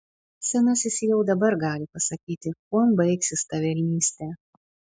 senasis jau dabar gali pasakyti kuom baigsis ta velnystė